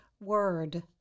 word